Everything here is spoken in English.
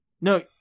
No